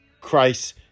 Christ